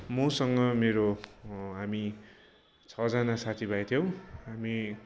मसँग मेरो हामी छजना साथी भाइ थियौँ हामी